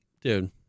dude